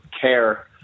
care